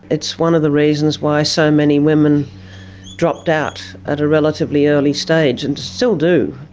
it's one of the reasons why so many women dropped out at a relatively early stage and still do.